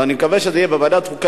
אני מקווה שזה יהיה בוועדת החוקה,